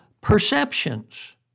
perceptions